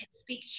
speak